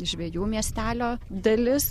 žvejų miestelio dalis